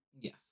Yes